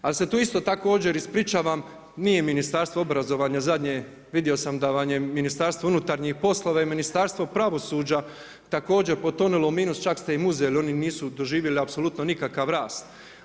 Ali se tu isto također ispričavam, nije Ministarstvo obrazovanja zadnje, vidio sam da vam je Ministarstvo unutarnjih poslova i Ministarstvo pravosuđa također potonulo u minus, čak ste im i uzeli oni nisu doživjeli apsolutno nikakav rast.